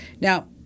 Now